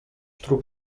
trup